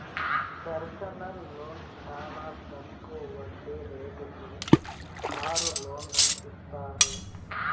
personal loan చానా తక్కువ వడ్డీ రేటుతో కారు లోన్లను ఇత్తారు